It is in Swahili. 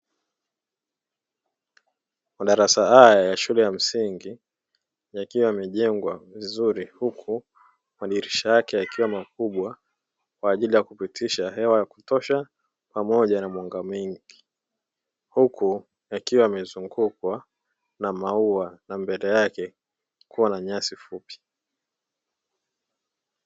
Madarasa haya ya shule ya msingi yakiwa yamejengwa vizuri huku madirisha yake yakiwa makubwa, kwa ajili ya kupitisha hewa ya kutosha pamoja na mwanga wa mwingi. Huku yakiwa yamezungukwa na maua na mbele yake kuwa na nyasi fupi.